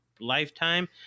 lifetime